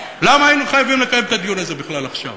למה היינו חייבים לקיים את הדיון הזה בכלל עכשיו?